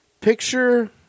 Picture